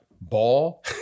ball